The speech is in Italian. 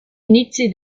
inizi